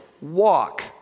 Walk